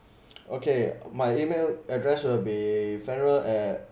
okay my email address will be fairul at